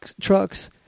trucks